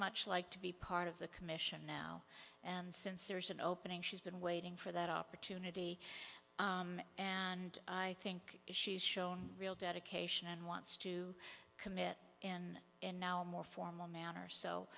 much like to be part of the commission now and since there's an opening she's been waiting for that opportunity and i think she's shown real dedication and wants to commit in and now a more formal manner so